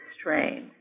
strain